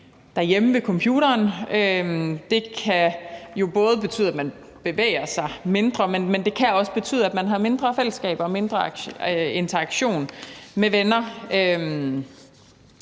derhjemme ved computeren. Det kan jo både betyde, at man bevæger sig mindre, men det kan også betyde, at man har mindre fællesskab og mindre interaktion med venner.